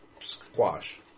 squash